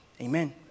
Amen